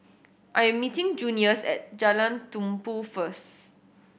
I am meeting Junius at Jalan Tumpu first